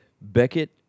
Beckett